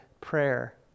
prayer